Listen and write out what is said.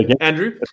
andrew